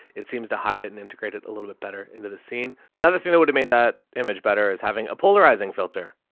it seems to hide it and integrate it a little bit better into the scene. another thing that would have made that image better is having a polarizing filter.